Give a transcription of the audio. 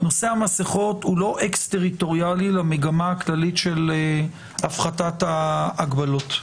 נושא המסכות הוא לא אקס טריטוריאלי למגמה הכללית של הפחתת ההגבלות.